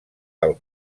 del